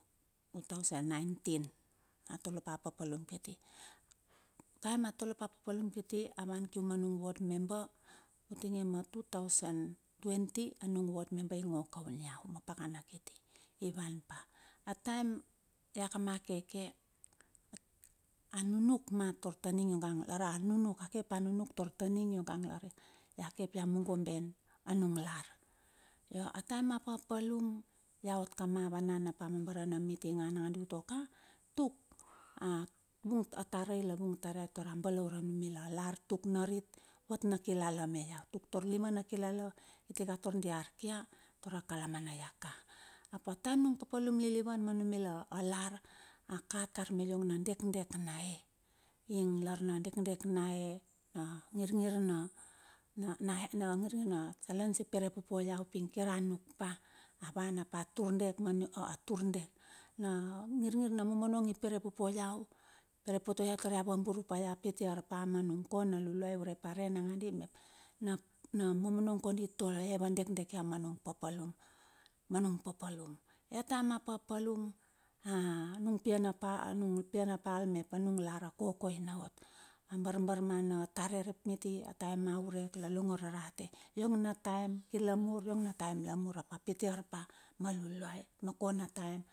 Two thousand nineteen, atole pa a papalum kiti. Taem a tolepa a papalum kiti, a wan kium anung word member utinge ma two thousand twenty, a nung ward memeber i ngo kaun iau, ma pakana kiti i wan pa. A taem ia kama a keke, a nunuk mat taur taning iongang lar ia nunuk a ke ap a nunuk taur taning longang lar ia ke ap ia mungo ben a nung lar. Io a taim a papalum, ia ot kama wanan hap a mambare na meeting anandi tuaka, tuk nuk a tarai la vung ar ia tur a balaure a numila lar tuk narit vat na kilala me iau. Tuk tar lima na kilala kutika taur dia arkia tar a kalamana ia ka. Ap a taim a nung papalum lilivan ma numila a lar, a ka tar me iong na dekdek na e, ing lar na dekdek nae. na ngirngir nae na ngirngir na salens i poropote iau pi kir a nuk pa. A wan hap a turdek na a tur dek na ngir ngir na momonong i perepote iau. Perepope iau taur ia vaburupa iau pite arpa ma nung ko na luluai urep are nangadi mep na na momonong kondi i tole la iva dekdek iau ma nung papalum, ma nung papalum. A taem a papalum, a nung pia napal, anung piana pal mep a nung lar a kokoina ot. A barbar mana tare rap miti, a taem a urek la longor na narate. Iong na taem kir la mur, iong na taem hap a pite arpa ma luluai ma ko na taem.